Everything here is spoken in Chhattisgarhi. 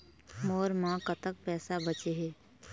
मोर म कतक पैसा बचे हे?